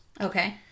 Okay